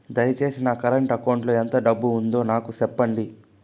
దయచేసి నా current account లో ఎంత డబ్బు ఉందో నాకు సెప్పండి